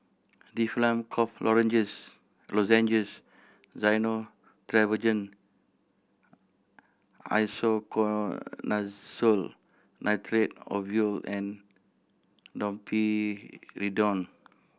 Difflam Cough Lozenges Gyno Travogen Isoconazole Nitrate Ovule and Domperidone